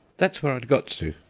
that's where i'd got to,